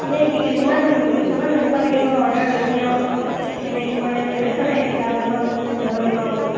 মানে এই কিছুমান কিছুমান এনেকুৱা থাকে নহয় অৰ্ডাৰ লৈ পিনি আকৌ পাছত খেলিমেলি কৰে দেখা নাই এই শিখা হোটেলৰ মানুহজনীয়ে যোৱাবাৰ কেনেকুৱা কৰিলে